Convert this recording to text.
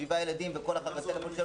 שבעה ילדים וכל אחד בטלפון שלו.